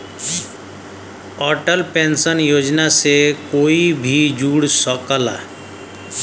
Atal pension Yojana से कोई भी जुड़ सकला